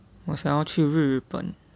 我想要去日本